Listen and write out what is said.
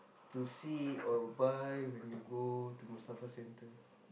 to see or buy when you go to Mustafa-Centre